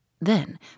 Then